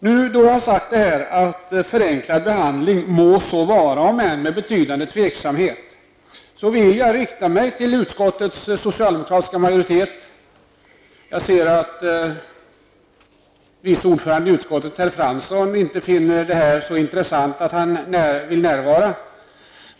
Sedan jag har sagt detta att förenklad behandling må så vara om än med betydande tveksamhet, vill jag rikta mig till utskottets socialdemokratiska majoritet. Jag ser att vice ordföranden i utskottet, herr Fransson, inte finner detta ämne så intressant att han vill närvara.